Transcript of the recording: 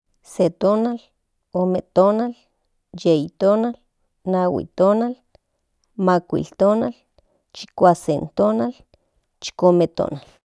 Se tonal ome tonal yei tonal nahui tonal makuil tonal chikuase tonal chikome tonal.